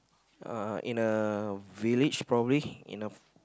uh in a village probably in a